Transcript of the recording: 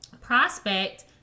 prospect